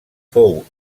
fou